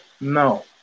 No